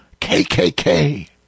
KKK